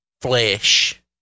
flesh